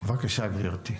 בבקשה, גברתי.